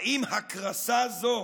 האם הקרסה זו